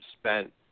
spent